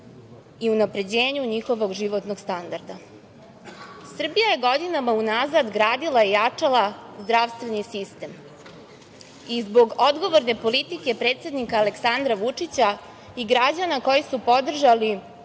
i unapređenju njihovog životnog standarda. Srbija je godinama unazad gradila i jačala zdravstveni sistem i zbog odgovorne politike predsednika Aleksandra Vučića i građana koji su podržali